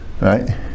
right